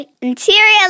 interior